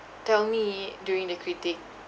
tell me during the critic